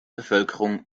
bevölkerung